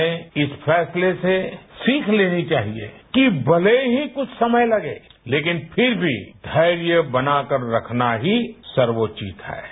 हमें इस फैसले से सीख लेनी चाहिए कि भले ही कुछ समय लगे लेकिन फिर भी धेर्य बनाकर रखना ही सर्वोचित है